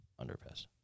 underpass